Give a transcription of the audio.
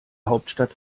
hauptstadt